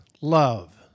love